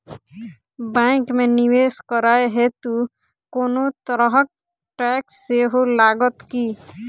Bank मे निवेश करै हेतु कोनो तरहक टैक्स सेहो लागत की?